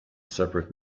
separate